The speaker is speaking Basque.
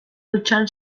dutxan